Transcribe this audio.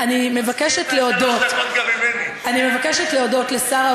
אני מבקשת להודות, אז קחי את שלוש הדקות גם ממני.